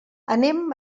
anem